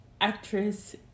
Actress